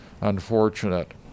unfortunate